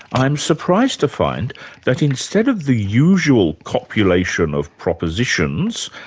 i'm surprised to find that instead of the usual copulation of propositions,